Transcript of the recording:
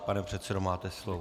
Pane předsedo, máte slovo.